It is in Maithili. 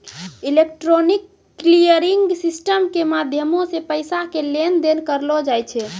इलेक्ट्रॉनिक क्लियरिंग सिस्टम के माध्यमो से पैसा के लेन देन करलो जाय छै